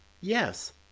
yes